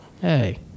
Hey